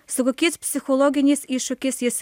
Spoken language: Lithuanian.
su kokiais psichologiniais iššūkiais jis